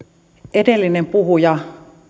edellinen puhuja